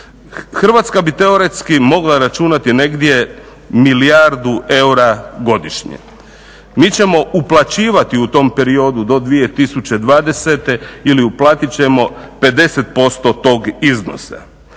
Hrvatska bi teoretski mogla računati negdje milijardu eura godišnje. Mi ćemo uplaćivati u tom periodu do 2020. ili uplatit ćemo 50% tog iznosa.